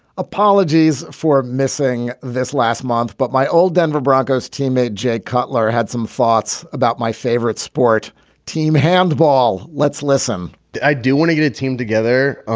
apologies for missing this last month. but my old denver broncos teammate jay cutler had some thoughts about my favorite sport team handball. let's listen i do want to get a team together